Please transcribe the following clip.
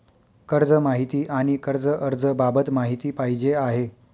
कर्ज माहिती आणि कर्ज अर्ज बाबत माहिती पाहिजे आहे